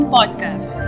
Podcast